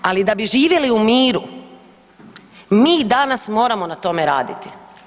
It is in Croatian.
Ali da bi živjeli u miru mi danas moramo na tome raditi.